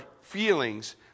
feelings